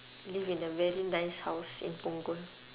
live in a very nice house in punggol